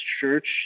church